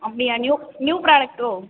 அப்படியா new new ப்ராடக்ட்டோ